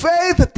Faith